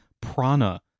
prana